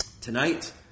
tonight